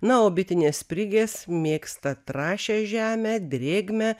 na o bitinės sprigės mėgsta trąšią žemę drėgmę